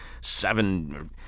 seven